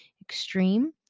extreme